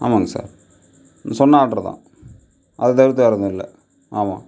ஆமாங்க சார் சொன்ன ஆட்ரு தான் அதை தவிர்த்து வேறு எதுவும் இல்லை ஆமாம்